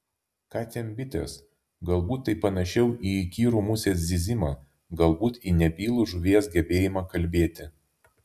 ką ten bitės galbūt tai panašiau į įkyrų musės zyzimą galbūt į nebylų žuvies gebėjimą kalbėti